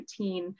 2019